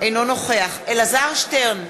אינו נוכח אלעזר שטרן,